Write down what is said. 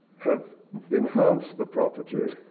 have enhanced the property,